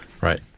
Right